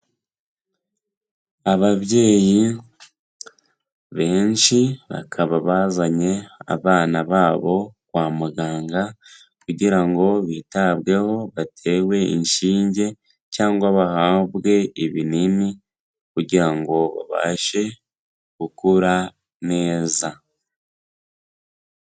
Ababyeyi benshi, bakaba bazanye abana babo kwa muganga, kugira ngo bitabweho, batewe inshinge, cyangwa bahabwe ibinini, kugira ngo babashe gukura neza.